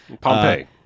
Pompeii